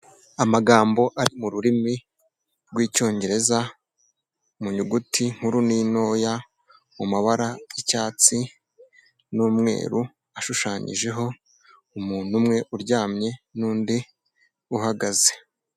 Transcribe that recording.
Amagambo ari mu rurimi rw'icyongereza, mu nyuguti nkuru n'intoya, mu mabara y'icyatsi n'umweru ashushanyijeho umuntu umwe uryamye n'undi uhagaze.